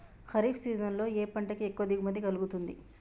Kharif season లో ఏ పంట కి ఎక్కువ దిగుమతి కలుగుతుంది?